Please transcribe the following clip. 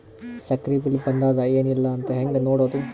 ಸಕ್ರಿ ಬಿಲ್ ಬಂದಾದ ಏನ್ ಇಲ್ಲ ಅಂತ ಹೆಂಗ್ ನೋಡುದು?